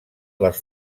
les